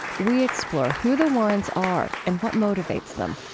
we explore who the warrens are and what motivates them